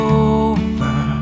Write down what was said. over